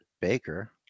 Baker